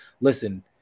listen